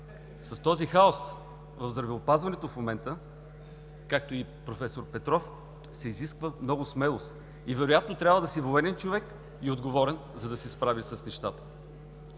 с този хаос в здравеопазването в момента, както и проф. Петров, се изисква много смелост. И вероятно трябва да си военен човек и отговорен, за да се справиш с нещата.